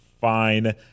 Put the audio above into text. fine